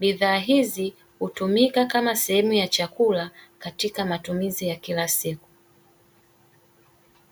bidhaa hizi hutumika kama sehemu ya chakula katika matumizi ya kila siku.